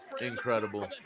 incredible